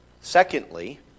Secondly